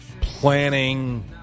planning